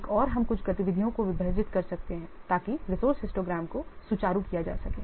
एक और हम कुछ गतिविधियों को विभाजित कर सकते हैं ताकि रिसोर्स हिस्टोग्राम को सुचारू किया जा सके